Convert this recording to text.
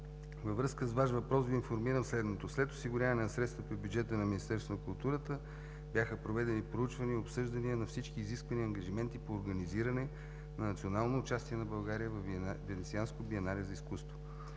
във връзка с Ваш въпрос Ви информирам следното: след осигуряване на средствата в бюджета на Министерството на културата бяха проведени проучвания и обсъждания на всички изисквани ангажименти по организиране на национално участие на България във Венецианското биенале за изкуство.